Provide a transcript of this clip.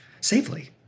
safely